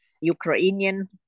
ukrainian